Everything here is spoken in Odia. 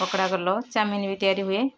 ପକୋଡ଼ା କଲ ଚାଉମିନ ବି ତିଆରି ହୁଏ